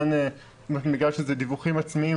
בגלל שזה דיווחים עצמיים,